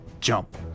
jump